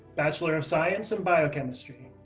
bachelor of science in biochemistry.